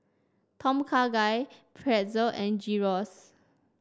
Tom Kha Gai Pretzel and Gyros